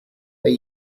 they